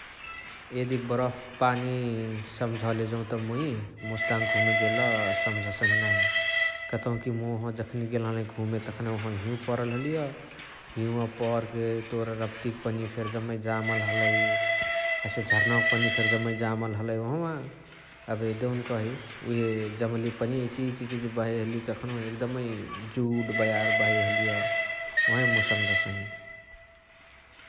एदी बरफ पानी सम्झले जौत मुइ मुस्ताङ घुमे गेल सम्झसही नाही । कतउकी मुइ ओहवा जखनी गेल हलही घुमे तखानही ओहवा हिउ परल हलिय हिउवा परके पनिया फेरी जम्मा जामल हलइ । हसे झर्नावक पनिया फेरी जम्मे जामल हलइ ओहवा । एबे देउनकही एबे जामअली पनिया इचिहिची इचिहिची बहइ हलिय कहाँनहु एकदमै जुड बयार बहइ हलिय । ओहवही मुइ सम्झसहि